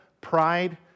pride